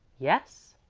yes,